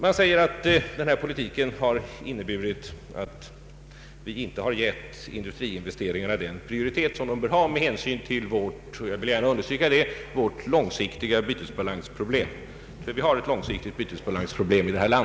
Det sägs att regeringens politik har inneburit att vi inte har gett industriinvesteringarna den prioritet som de bör ha med hänsyn till vårt — jag vill understryka det — långsiktiga bytesbalansproblem. Vi har nämligen ett sådant.